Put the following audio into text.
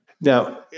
Now